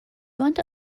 unto